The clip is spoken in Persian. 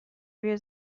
روی